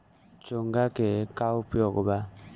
चोंगा के का उपयोग बा?